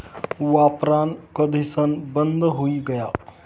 वापरान कधीसन बंद हुई गया